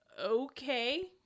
okay